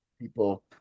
People